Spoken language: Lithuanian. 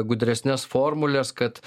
gudresnes formules kad